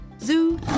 Zoo